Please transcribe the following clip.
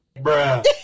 bruh